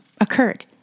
occurred